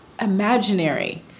imaginary